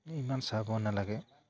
এই ইমান চাব নালাগে